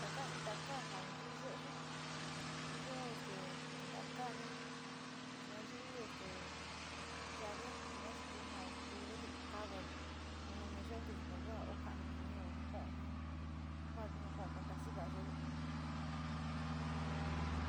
Ndaka iin taka'a nján yii ye'e yó, chí yo este ndakani yayii este ya'ave yuu kua chikunjan tuyuu ndekayo kuunu yeó ndikokuao, okano iin ñio'ó jakoin kuan iin ndeo kotaxiva ye'e yó.